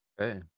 Okay